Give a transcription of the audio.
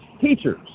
teachers